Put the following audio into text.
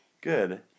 Good